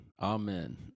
Amen